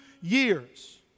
years